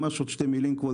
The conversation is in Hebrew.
ממש עוד שתי מילים, כבוד